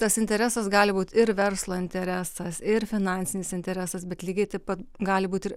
tas interesas gali būt ir verslo interesas ir finansinis interesas bet lygiai taip pat gali būt ir